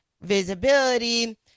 visibility